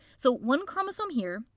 so one chromosome here.